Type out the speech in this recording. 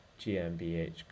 GmbH